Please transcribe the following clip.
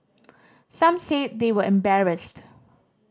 some said they were embarrassed